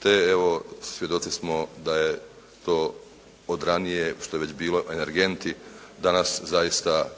te evo svjedoci smo da je to od ranije što je već bilo energenti danas zaista